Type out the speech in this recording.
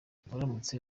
uramutse